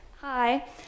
Hi